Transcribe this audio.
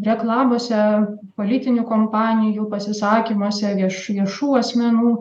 reklamose politinių kompanijų pasisakymuose vieš viešų asmenų